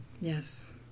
Yes